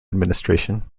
administration